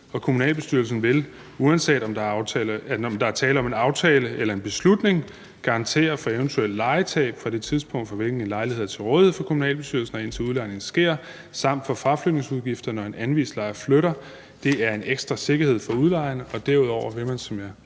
kommunalbestyrelsen vil, uanset om der er tale om en aftale eller en beslutning, garantere for eventuelt lejetab fra det tidspunkt, fra hvilket en lejlighed er til rådighed for kommunalbestyrelsen, og indtil udlejningen sker, samt få dækket fraflytningsudgifter, når en anvist lejer flytter. Det er en ekstra sikkerhed for udlejerne. Derudover vil der